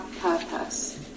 purpose